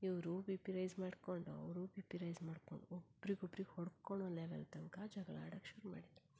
ಇವರು B P rise ಮಾಡಿಕೊಂಡು ಅವರು ಬಿ ಪಿ ರೈಸ್ ಮಾಡಿಕೊಂಡು ಒಬ್ರಿಗೊಬ್ರಿಗೆ ಹೊಡ್ಕೊಳ್ಳೋ ಲೆವೆಲ್ ತನಕ ಜಗಳ ಆಡಕ್ಕೆ ಶುರುಮಾಡಿದರು